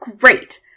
great